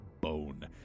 bone